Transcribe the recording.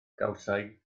gawsai